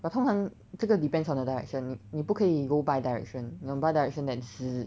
but 通常这个 depends on the direction 你你不可以 go by direction that